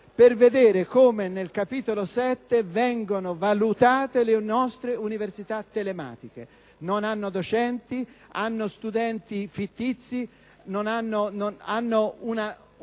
per vedere come, nel capitolo 7, vengono valutate le nostre università telematiche: non hanno docenti, hanno studenti fittizi e hanno